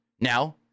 Now